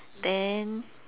then